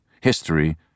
history